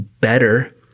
better